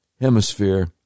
hemisphere